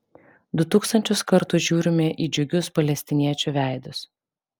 du tūkstančius kartų žiūrime į džiugius palestiniečių veidus